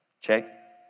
check